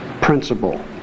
principle